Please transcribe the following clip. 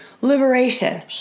liberation